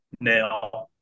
now